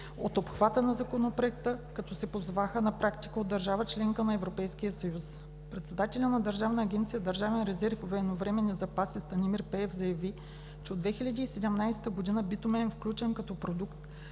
от обхвата на Законопроекта като се позоваха на практика от държава – членка на Европейския съюз. Председателят на Държавна агенция „Държавен резерв и военновременни запаси“ Станимир Пеев заяви, че от 2017 г. битумът е включен като продукт